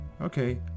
okay